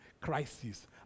crisis